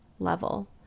level